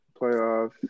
playoffs